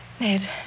Ned